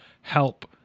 help